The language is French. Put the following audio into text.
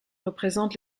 représente